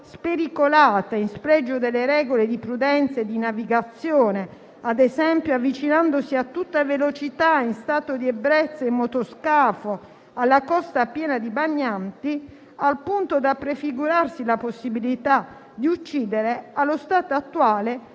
spericolata, in spregio delle regole di prudenza e di navigazione, ad esempio avvicinandosi a tutta velocità e in stato di ebbrezza in motoscafo alla costa piena di bagnanti, al punto da prefigurarsi la possibilità di uccidere, allo stato attuale